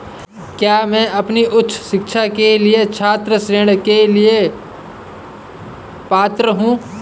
क्या मैं अपनी उच्च शिक्षा के लिए छात्र ऋण के लिए पात्र हूँ?